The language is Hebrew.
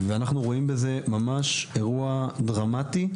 ואנחנו רואים בזה ממש אירוע דרמטי.